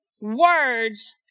words